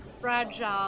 fragile